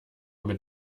mit